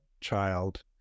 child